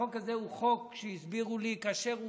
החוק הזה הוא חוק שהסבירו לי כאשר הוא